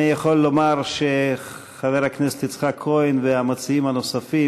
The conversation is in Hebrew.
אני יכול לומר שחבר הכנסת יצחק כהן והמציעים הנוספים